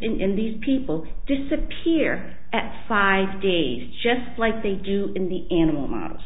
this in these people disappear at five days just like they do in the animal models